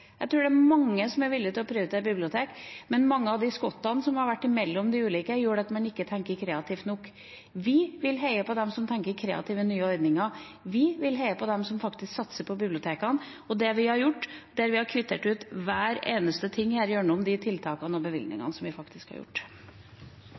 Jeg tror det er mange som er villig til å prioritere bibliotek, men mange av de skottene som har vært mellom de ulike, gjør at man ikke tenker kreativt nok. Vi vil heie på dem som tenker kreative, nye ordninger, vi vil heie på dem som faktisk satser på bibliotekene, og der har vi kvittert ut hver eneste ting her gjennom de tiltakene og